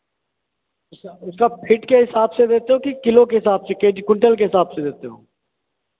इसका फीट के हिसाब से देते हो कि किलो के हिसाब से के जी क्विंटल के हिसाब से देते हो